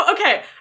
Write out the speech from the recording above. okay